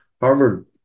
Harvard